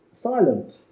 silent